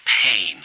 pain